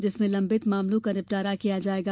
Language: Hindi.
जिसमें लंबित मामलों का निपटारा किया जाएगा